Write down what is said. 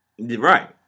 Right